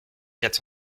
quatre